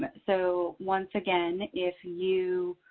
but so once again, if you